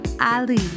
Ali